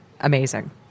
Amazing